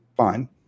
Fine